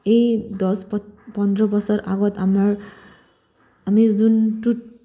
এই দহ পোন্ধৰ বছৰ আগত আমাৰ আমি যোনটোত